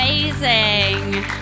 Amazing